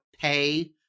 pay